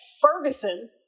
Ferguson